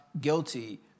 guilty